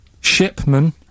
Shipman